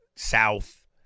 South